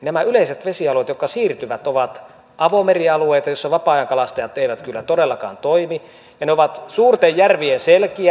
nämä yleiset vesialueet jotka siirtyvät ovat avomerialueita joissa vapaa ajankalastajat eivät kyllä todellakaan toimi ja ne ovat suurten järvien selkiä